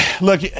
look